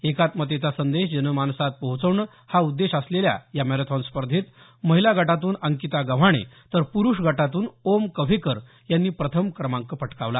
एकात्मतेचा संदेश जनमानसात पोहोचवणं हा उद्देश असलेल्या या मॅरेथॉन स्पर्धेत महिला गटातून अंकिता गव्हाणे तर प्रुष गटातून ओम कव्हेकर यांनी प्रथम क्रमांक पटकावला